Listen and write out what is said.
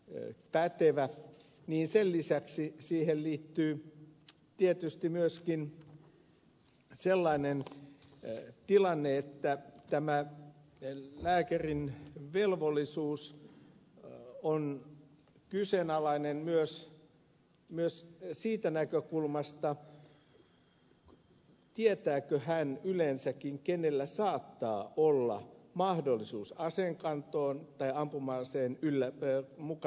ja mahdotonta niin että se olisi riittävä ja pystyvä pätevä mutta tämä lääkärin velvollisuus on kyseenalainen myös siitä näkökulmasta että tietääkö lääkäri yleensäkään kenellä saattaa olla mahdollisuus aseenkantoon tai ampuma aseen mukana pitämiseen